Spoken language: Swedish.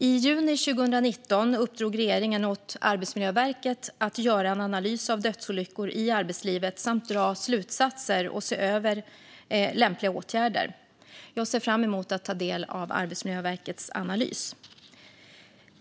I juni 2019 uppdrog regeringen åt Arbetsmiljöverket att göra en analys av dödsolyckor i arbetslivet samt dra slutsatser och överväga lämpliga åtgärder. Jag ser fram emot att ta del av Arbetsmiljöverkets analys.